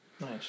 Nice